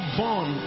born